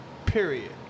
period